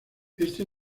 este